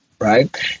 right